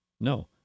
No